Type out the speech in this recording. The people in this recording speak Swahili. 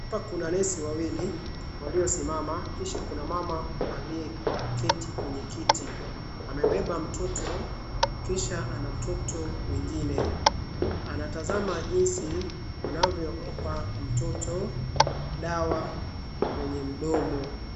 Hapa kuna nesi wawili waliosimama kisha kuna mama aliyeketi kwenye kiti, amebeba mtoto kisha ana mtoto mwingine, anatazama jinsi wanavyompa mtoto dawa kwenye mdomo.